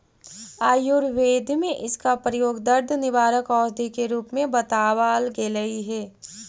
आयुर्वेद में इसका प्रयोग दर्द निवारक औषधि के रूप में बतावाल गेलई हे